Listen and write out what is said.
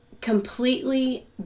completely